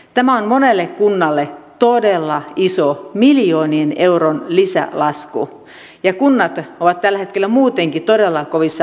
tämä on monelle kunnalle todella iso miljoonien eurojen lisälasku ja kunnat ovat tällä hetkellä muutenkin todella kovissa maksuvaikeuksissa